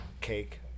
cake